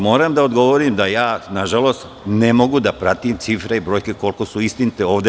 Moram da odgovorim da ja, nažalost, ne mogu da pratim cifre i brojke koliko su istinite ovde.